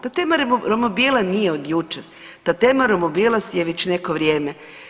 Ta tema romobila nije od jučer, ta tema romobila je već neko vrijeme.